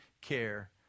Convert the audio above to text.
care